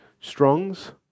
Strong's